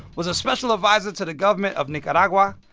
was a special adviser to the government of nicaragua,